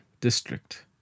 district